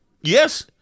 Yes